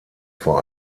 vor